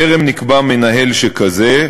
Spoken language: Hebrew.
טרם נקבע מנהל שכזה.